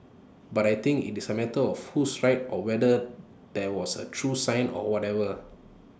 but I think IT is A matter of who's right or whether that was A true sign or whatever